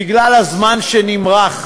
בגלל הזמן שנמרח,